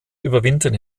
überwintern